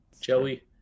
Joey